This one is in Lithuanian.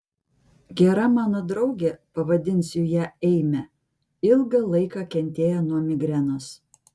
gera mano draugė pavadinsiu ją eime ilgą laiką kentėjo nuo migrenos